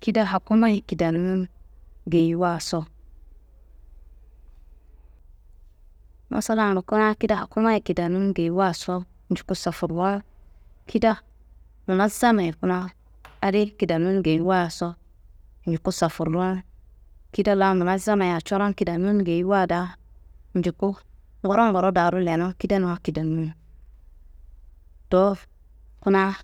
kida hakumaye kidenun geyiwaso, masalambo kuna kida hakumaye kidenum geyiwaso njuku safurun, kida munazamaye kuna adi kidenun geyiwaso njuku safurun, kida la munazamaya coron kidenun geyiwa daa njuku nguro nguro daaro lenun kidenuma kidenimi. Dowo kuna.